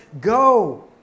go